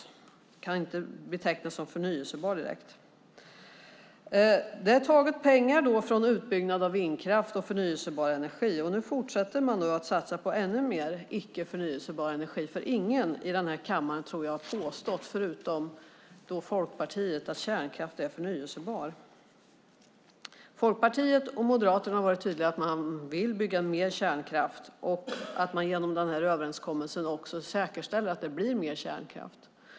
Det kan inte betecknas som förnybara energikällor direkt. Det har tagits pengar från utbyggnaden av vindkraft och förnybar energi, och nu fortsätter man att satsa på ännu mer icke förnybar energi. Ingen i den här kammaren förutom Folkpartiet, tror jag, har påstått att kärnkraft är förnybar. Folkpartiet och Moderaterna har varit tydliga med att man vill bygga mer kärnkraft och att man genom den här överenskommelsen också säkerställer att det blir mer kärnkraft.